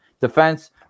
defense